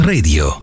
Radio